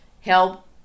help